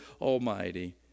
almighty